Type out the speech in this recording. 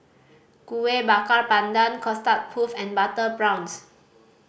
Kueh Bakar Pandan Custard Puff and butter prawns